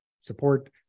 support